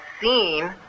seen